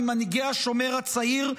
ממנהיגי השומר הצעיר,